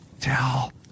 tell